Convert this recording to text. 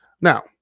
Now